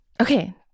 Okay